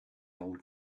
old